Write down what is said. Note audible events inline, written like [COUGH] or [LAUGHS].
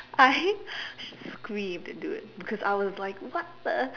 I [LAUGHS] screamed dude because I was like what the